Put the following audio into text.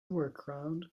workaround